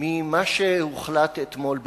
כלשהו ממה שהוחלט אתמול באירופה.